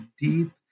deep